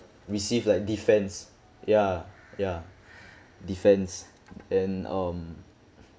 receive like defense ya ya defense and um